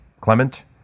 clement